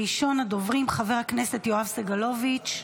ראשון הדוברים, חבר הכנסת יואב סגלוביץ'.